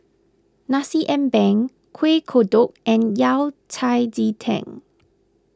Nasi Ambeng Kueh Kodok and Yao Cai Ji Tang